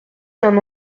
d’un